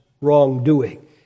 wrongdoing